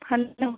hello